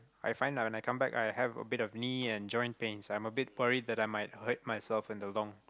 I find out when I come back I have a bit of knee and joint pains I'm a bit worried that I might hurt myself in the long